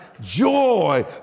joy